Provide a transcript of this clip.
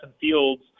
Fields